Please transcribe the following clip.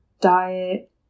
diet